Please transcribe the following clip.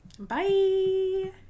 Bye